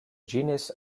genus